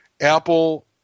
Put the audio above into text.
Apple